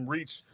Reach